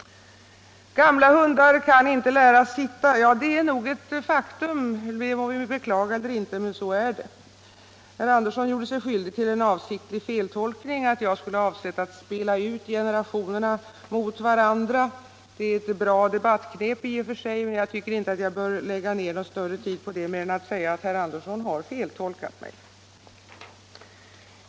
Gamla hundar kan inte läras sitta. Vi må beklaga det eller inte, men så är det. Herr Andersson gjorde sig skyldig till en avsiktlig feltolkning: Jag skulle ha avsett att spela ut generationerna mot varandra. Det är ett bra debattknep i och för sig. men jag tycker inte att jag behöver Kulturpolitiken Kulturpolitiken lägga ned någon större tid på detta. Jag vill bara säga att herr Andersson har feltolkat mig.